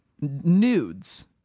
nudes